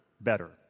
better